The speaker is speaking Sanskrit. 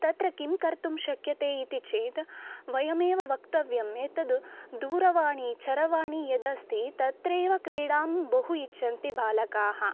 तत्र किं कर्तुं शक्यते इति चेत् वयमेव वक्तव्यम् एतद् दूरवाणी चरवाणी यदस्ति तत्रैव क्रीडां बहु इच्छन्ति बालकाः